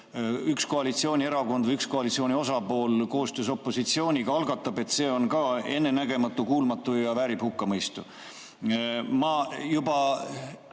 üks koalitsioonierakond või üks koalitsiooni osapool koostöös opositsiooniga algatab, see on ka ennenägematu, ‑kuulmatu ja väärib hukkamõistu. Ma juba